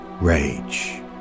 Rage